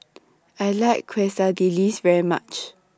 I like Quesadillas very much